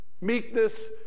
meekness